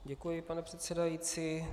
Děkuji, pane předsedající.